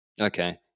Okay